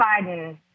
Biden